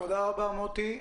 תודה רבה מוטי.